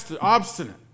obstinate